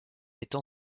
étend